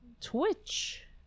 Twitch